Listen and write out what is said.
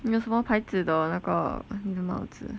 你有什么牌子的那个你的帽子